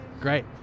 Great